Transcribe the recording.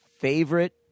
Favorite